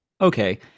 okay